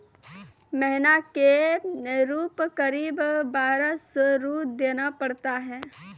महीना के रूप क़रीब बारह सौ रु देना पड़ता है?